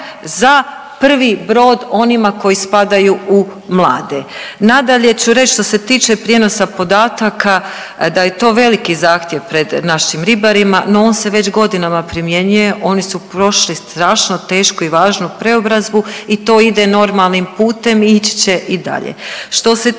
za prvi brod onima koji spadaju u mlade. Nadalje ću reć što se tiče prijenosa podataka da je to veliki zahtjev pred našim ribarima, no on se već godinama primjenjuje. Oni su prošli strašno tešku i važnu preobrazbu i to ide normalnim putem i ići će i dalje.